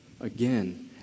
Again